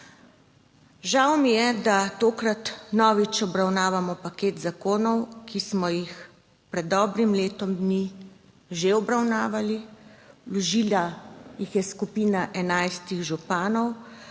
Žal mi je, da tokrat vnovič obravnavamo paket zakonov, ki smo jih pred dobrim letom dni že obravnavali. Vložila jih je skupina 11 županov